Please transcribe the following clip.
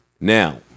Now